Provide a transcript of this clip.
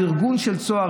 ארגון של צהר,